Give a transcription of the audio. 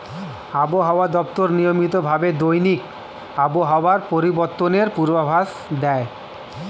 আবহাওয়া দপ্তর নিয়মিত ভাবে দৈনিক আবহাওয়া পরিবর্তনের পূর্বাভাস দেয়